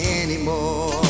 anymore